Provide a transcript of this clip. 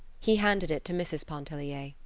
he handed it to mrs. pontellier.